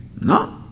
No